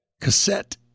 cassette